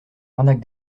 arnaque